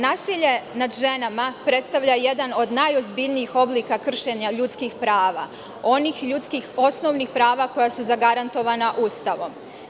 Nasilje nad ženama predstavlja jedan od najozbiljnijih oblika kršenja ljudskih prava, onih ljudskih osnovnih prava koja su zagarantovana Ustavom.